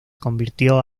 convirtió